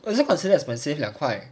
is it considered expensive 两块